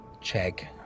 check